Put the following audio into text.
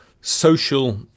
social